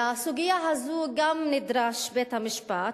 לסוגיה זו גם נדרש בית-המשפט,